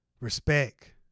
respect